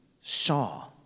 saw